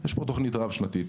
יש פה תוכנית רב שנתית,